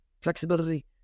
flexibility